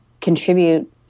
contribute